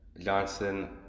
Johnson